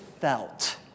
felt